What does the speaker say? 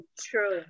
True